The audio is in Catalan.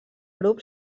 grup